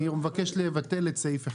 אני מבקש לבטל את סעיף (1א),